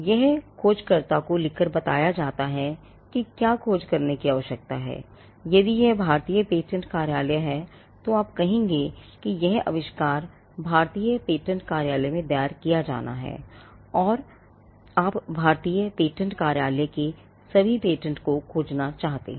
यह खोजकर्ता को यह लिखकर बताया जाता है कि क्या खोज करने की आवश्यकता है यदि यह भारतीय पेटेंट कार्यालय है तो आप कहेंगे कि यह आविष्कार भारतीय पेटेंट कार्यालय में दायर किया जाना है और आप भारतीय पेटेंट कार्यालय के सभी पेटेंट को खोजना चाहते हैं